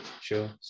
sure